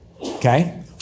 okay